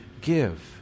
give